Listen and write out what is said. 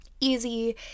easy